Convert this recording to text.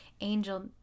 angel